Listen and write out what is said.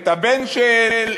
את הבן-של,